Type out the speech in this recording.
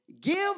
Give